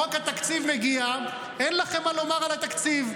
חוק התקציב מגיע, אין לכם מה לומר על התקציב.